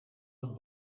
het